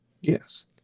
yes